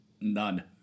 None